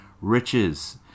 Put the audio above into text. riches